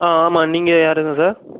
ஆ ஆமாம் நீங்கள் யாருங்க சார்